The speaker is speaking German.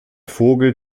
vogel